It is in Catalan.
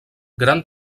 gran